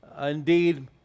indeed